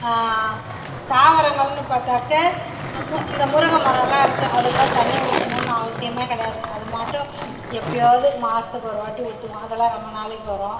தாவரங்கள்னு பார்த்தாக்க மு இந்த முருங்கை மரலாம் இருக்குது அதுக்குலாம் தண்ணி ஊற்றணுன்னு அவசியமே கிடையாது அது மாட்டுக்கு எப்போயாவுது மாதத்துக்கு ஒரு வாட்டி ஊற்றுவோம் அதெல்லாம் ரொம்ப நாளைக்கு வரும்